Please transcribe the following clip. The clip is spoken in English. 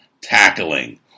tackling